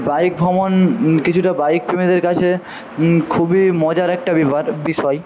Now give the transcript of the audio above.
bike ভ্রমণ কিছুটা বাইকপ্রেমীদের কাছে খুবই মজার একটা বিবাদ বিষয়